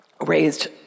raised